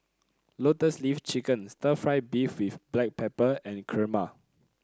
Lotus Leaf Chicken stir fry beef with Black Pepper and kurma